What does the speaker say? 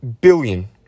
billion